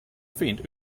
fint